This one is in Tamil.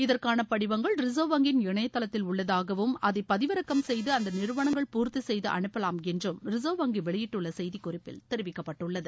இதற்கான படிவங்கள் ரிசர்வ் வங்கியின் இணையதளத்தில் உள்ளதாகவும் அதை பதிவிறக்கம் செய்து அந்த நிறுவனங்கள் பூர்த்தி செய்து அனுப்பலாம் என்றும் ரிசர்வ் வங்கி வெளியிட்டுள்ள செய்திக் குறிப்பில் தெரிவிக்கப்பட்டுள்ளது